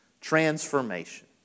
transformation